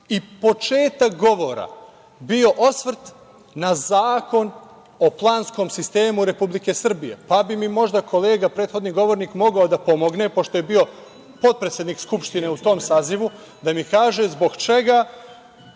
i početak govora bio osvrt na Zakon o planskom sistemu Republike Srbije, pa bi mi možda kolega prethodnih govornik mogao da pomogne, pošto je bio potpredsednik Skupštine u svom sazivu, da mi kaže zbog čega